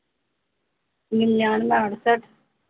Milan market